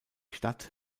stadt